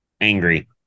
Angry